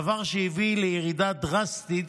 דבר שהביא לירידה דרסטית